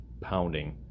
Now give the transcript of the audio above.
pounding